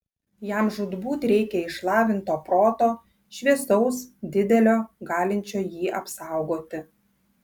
jam žūtbūt reikia išlavinto proto šviesaus didelio galinčio jį apsaugoti